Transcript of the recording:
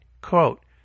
quote